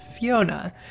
Fiona